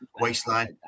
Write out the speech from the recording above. waistline